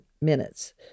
minutes